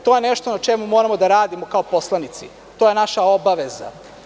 To je nešto na čemu moramo da radimo kao poslanici, to je naša obaveza.